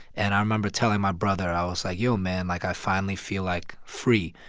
and i remember telling my brother, i was like, yo, man, like, i finally feel, like, free.